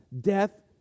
Death